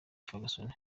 ferguson